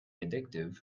addictive